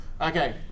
Okay